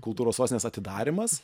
kultūros sostinės atidarymas